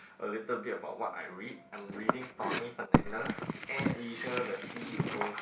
a little bit about what I read I'm reading Tony Fernandes Air Asia the C_E_O